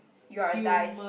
you're a dice